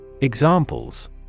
Examples